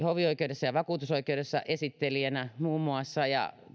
hovioikeudessa ja vakuutusoikeudessa esittelijänä muun muassa ja